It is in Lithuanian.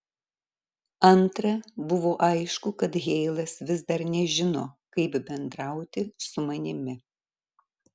antra buvo aišku kad heilas vis dar nežino kaip bendrauti su manimi